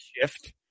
Shift